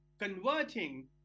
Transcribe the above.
converting